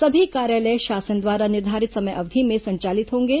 सभी कार्यालय शासन द्वारा निर्धारित समय अवधि में संचालित होंगे